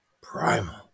Primal